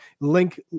Link